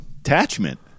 attachment